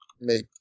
make